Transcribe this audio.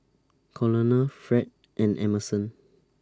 Colonel Fred and Emerson